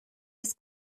his